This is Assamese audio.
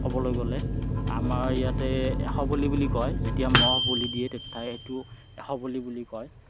ক'বলৈ গ'লে আমাৰ ইয়াতে এশ বলি বুলি কয় যেতিয়া ম'হ বলি দিয়ে তেতিয়া সেইটো এশ বলি বুলি কয়